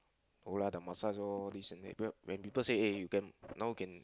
no lah the massage loh this and that becuase when people say eh you can now can